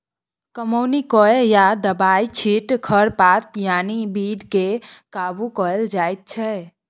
कमौनी कए या दबाइ छीट खरपात यानी बीड केँ काबु कएल जाइत छै